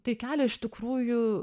tai kelia iš tikrųjų